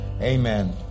Amen